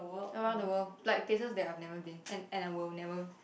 around the world like places that I've never been and and I will never